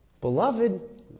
Beloved